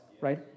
right